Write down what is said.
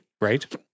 Right